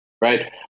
Right